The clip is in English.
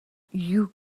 you